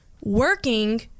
working